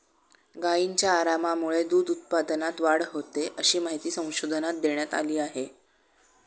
गायींच्या आरामामुळे दूध उत्पादनात वाढ होते, अशी माहिती संशोधनात देण्यात आली आहे